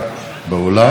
זה מאוד חשוב,